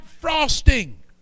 frosting